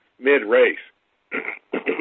mid-race